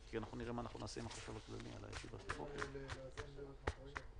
הישיבה נעולה.